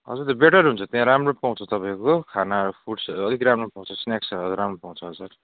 हजुर त्यो बेटर हुन्छ त्यहाँ राम्रो पाउँछ तपाईँको खाना फुट्स अलिक राम्रो पाउँछ स्नेक्सहरू राम्रो पाउँछ हजुर